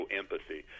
empathy